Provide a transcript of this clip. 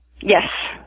Yes